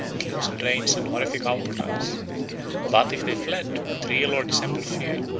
with loosened reins and horrific outcries but, if they fled, with real or dissembled fear,